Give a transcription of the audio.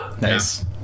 nice